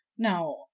now